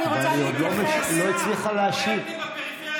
היא עוד לא השיבה.